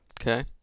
Okay